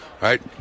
right